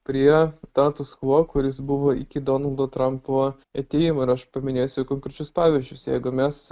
prie status quo kuris buvo iki donaldo trampo atėjimo ir aš paminėsiu konkrečius pavyzdžius jeigu mes